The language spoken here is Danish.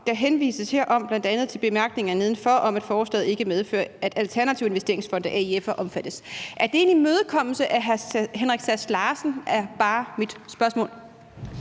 Der henvises herom bl.a. til bemærkninger nedenfor om, at forslaget ikke medfører, at alternative investeringsfonde, AIF'er, omfattes. Er det en imødekommelse af hr. Henrik Sass Larsen? Det er bare mit spørgsmål.